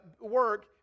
work